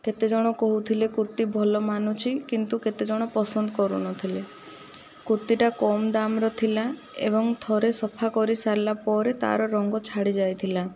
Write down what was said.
କେତେ ଜଣ କହୁଥିଲେ କୁର୍ତ୍ତୀ ଭଲ ମାନୁଛି କିନ୍ତୁ କେତେଜଣ ପସନ୍ଦ କରୁନଥିଲେ କୁର୍ତ୍ତୀଟା କମ ଦାମର ଥିଲା ଏବଂ ଥରେ ସଫା କରି ସାରିଲା ପରେ ତାର ରଙ୍ଗ ଛାଡ଼ିଯାଇଥିଲା